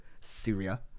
Syria